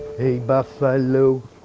hey buffalo,